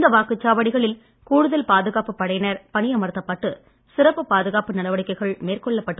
இந்த வாக்குச்சாவடிகளில் கூடுதல் பாதுகாப்புப் படையினர் பணியமர்த்தப்பட்டு சிறப்பு பாதுகாப்பு நடவடிக்கைகள் மேற்கொள்ளப்படும்